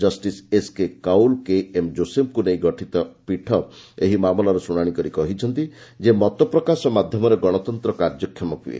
justice S K Kaul K M ଜୋସେଫ୍ଙ୍କୁ ନେଇ ଗଠିତ ପୀଠ ଏହି ମାମଲାର ଶୁଣାଣି କରି କହିଛନ୍ତି ଯେ ମତ ପ୍ରକାଶ ମାଧ୍ୟମରେ ଗଣତନ୍ତ୍ର କାର୍ଯ୍ୟକ୍ଷମ ହୁଏ